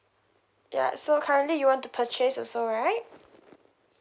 ya so currently you want to purchase also right